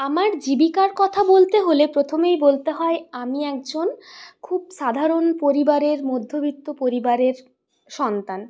আমার জীবিকার কথা বলতে হলে প্রথমেই বলতে হয় আমি একজন খুব সাধারণ পরিবারের মধ্যবিত্ত পরিবারের সন্তান